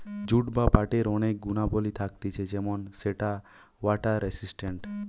jute বা পাটের অনেক গুণাবলী থাকতিছে যেমন সেটা ওয়াটার রেসিস্টেন্ট